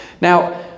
Now